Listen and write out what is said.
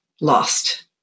lost